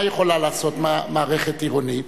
מה יכולה לעשות מערכת עירונית?